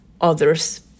others